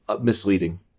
misleading